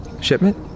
shipment